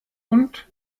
und